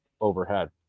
overhead